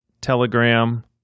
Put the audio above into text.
telegram